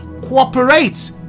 cooperate